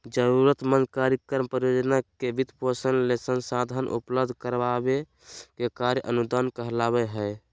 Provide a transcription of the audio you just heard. जरूरतमंद कार्यक्रम, परियोजना के वित्तपोषण ले संसाधन उपलब्ध कराबे के कार्य अनुदान कहलावय हय